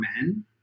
men